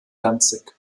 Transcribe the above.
danzig